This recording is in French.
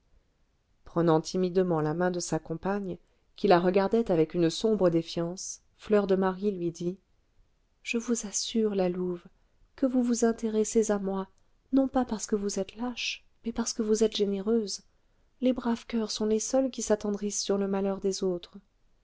prenant timidement la main de sa compagne qui la regardait avec une sombre défiance fleur de marie lui dit je vous assure la louve que vous vous intéressez à moi non pas parce que vous êtes lâche mais parce que vous êtes généreuse les braves coeurs sont les seuls qui s'attendrissent sur le malheur des autres